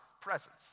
presence